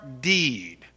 deed